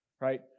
right